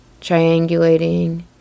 triangulating